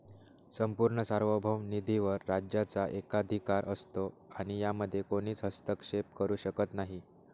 संपूर्ण सार्वभौम निधीवर राज्याचा एकाधिकार असतो आणि यामध्ये कोणीच हस्तक्षेप करू शकत नाही